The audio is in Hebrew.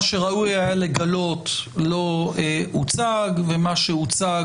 מה שראוי היה לגלות לא הוצג ומה שהוצג